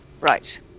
right